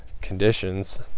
conditions